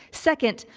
second,